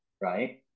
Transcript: right